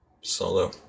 Solo